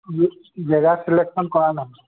জেগা ছিলেকশ্যন কৰা নাই